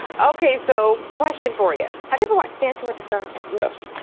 okay, so question for you. have you ever watched dancing with the stars? yes.